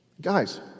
guys